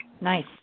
Nice